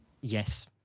Yes